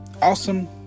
Awesome